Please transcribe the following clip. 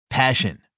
Passion